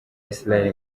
israel